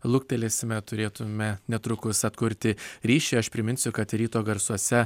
luktelėsim turėtume netrukus atkurti ryšį aš priminsiu kad ryto garsuose